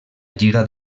lliga